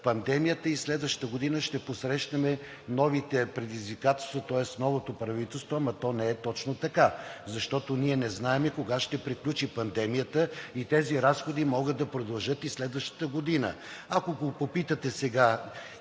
пандемията и следващата година ще посрещнем новите предизвикателства, тоест новото правителство, но то не е точно така, защото ние не знаем кога ще приключи пандемията и тези разходи могат да продължат следващата година. Ако го попитате сега